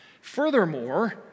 Furthermore